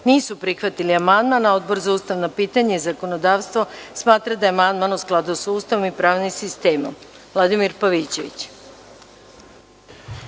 nisu prihvatili amandman, a Odbor za ustavna pitanja i zakonodavstvo smatra da je amandman u skladu sa Ustavom i pravnim sistemom. Reč